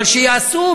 אבל שיעשו,